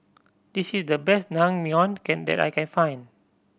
this is the best Naengmyeon can that I can find